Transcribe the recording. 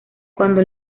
cuando